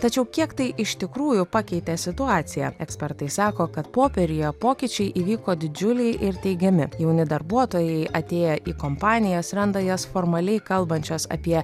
tačiau kiek tai iš tikrųjų pakeitė situaciją ekspertai sako kad popieriuje pokyčiai įvyko didžiuliai ir teigiami jauni darbuotojai atėję į kompanijas randa jas formaliai kalbančias apie